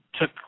took